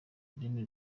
rurimi